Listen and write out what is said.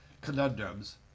conundrums